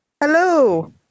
Hello